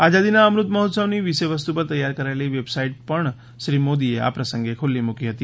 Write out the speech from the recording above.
આઝાદીના અમૃત મહોત્સવની વિષય વસ્તુ ઉપર તૈયાર કરાયેલી વેબસાઈટ પણ શ્રી મોદીએ આ પ્રસંગે ખુલ્લી મૂકી હતી